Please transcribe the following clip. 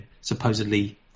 supposedly